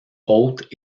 haute